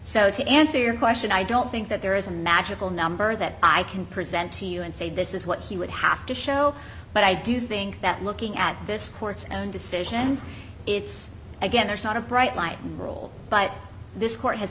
so to answer your question i don't think that there is a magical number that i can present to you and say this is what he would have to show but i do think that looking at this court's decision and it's again there's not a bright line rule but this court has